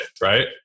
right